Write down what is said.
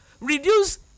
reduce